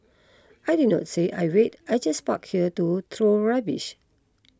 I did not say I wait I just park here to throw rubbish